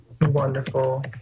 wonderful